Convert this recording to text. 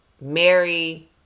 Mary